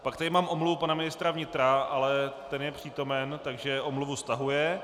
Pak tady mám omluvu pana ministra vnitra, ale ten je přítomen, takže omluvu stahuje.